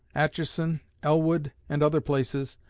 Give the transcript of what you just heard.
atchison, elwood, and other places,